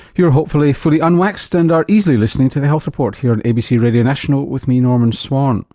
you're hopefully fully unwaxed and are easily listening to the health report here on abc radio national with me norman swan.